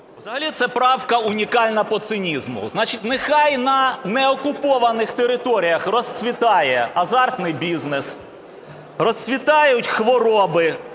Взагалі це правка унікальна по цинізму. Значить, нехай на неокупованих територіях розцвітає азартний бізнес, розцвітають хвороби,